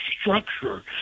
structure